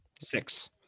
Six